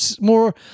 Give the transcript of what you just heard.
more